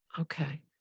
Okay